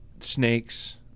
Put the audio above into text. snakes